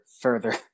further